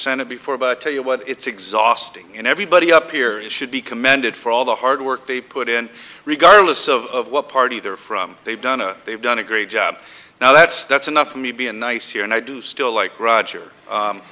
senate before but tell you what it's exhausting and everybody up here is should be commended for all the hard work they put in regardless of what party they're from they've done a they've done a great job now that's that's enough for me being nice here and i do still like roger